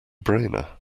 brainer